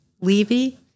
Levy